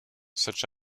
such